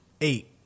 Eight